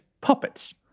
puppets